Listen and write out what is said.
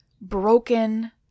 broken